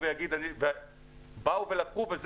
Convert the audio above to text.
הבנקים ההודים, ממשלת הודו עודדה את הענף.